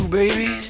baby